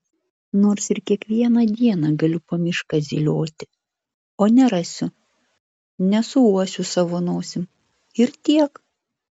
nors ir kiekvieną dieną galiu po mišką zylioti o nerasiu nesuuosiu savo nosim ir tiek